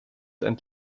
and